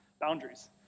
Boundaries